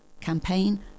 campaign